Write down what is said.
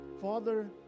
father